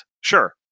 sure